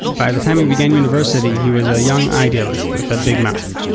by the time he began university, he was a young idealist with a big mouth.